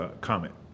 comment